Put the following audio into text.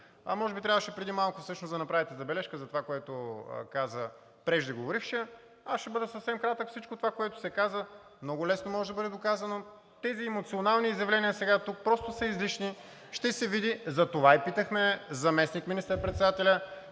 А може би трябваше преди малко всъщност да направите забележка за това, което каза преждеговорившият. Аз ще бъда съвсем кратък. Всичко това, което се каза, много лесно може да бъде доказано. Тези емоционални изявления сега тук просто са излишни. Ще се види. Затова и питахме заместник министър-председателя.